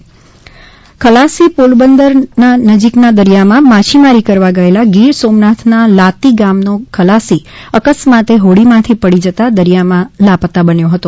ખલાસી લાપતા ખલાસી પોરબંદર નજીકના દરિયામાં માછીમારી કરવા ગયેલા ગીર સોમનાથના લાતી ગામનો ખલાસી અકસ્માતે હોડીમાંથી પડી જતા દરિયામાં લાપતા બન્યો હતો